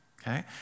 okay